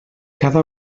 cada